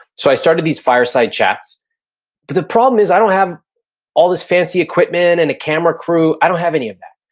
so i started these fireside chats. but the problem is, i don't have all this fancy equipment and a camera crew. i don't have any of that.